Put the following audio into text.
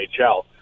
NHL